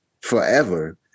forever